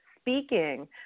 speaking